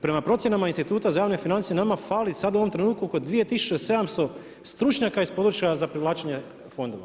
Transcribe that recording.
Prema procjenama instituta za javne financije, nama fali, sad u ovom trenutku oko 2700 stručnjaka iz područja za privlačenje fondova.